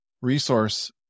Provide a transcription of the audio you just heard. resource